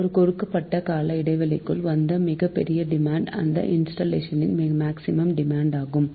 ஒரு கொடுக்கப்பட்ட கால இடைவெளிகுள் வந்த மிகப்பெரிய டிமாண்ட் அந்த இன்ஸ்டல்லேஷனின் மேக்சிமம் டிமாண்ட் ஆகும்